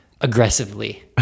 aggressively